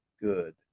good